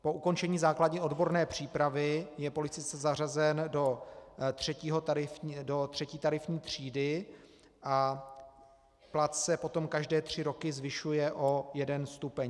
Po ukončení základní odborné přípravy je policista zařazen do třetí tarifní třídy a plat se potom každé tři roky zvyšuje o jeden stupeň.